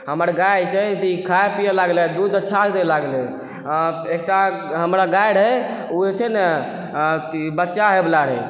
हमर गाय जे छै अथी खाय पियऽ लागलै आओर दूध अच्छासँ दियऽ लागलै आओर एकटा हमरा गाय रहै ओ जे छै ने बच्चा हयवला रहै